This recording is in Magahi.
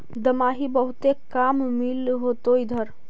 दमाहि बहुते काम मिल होतो इधर?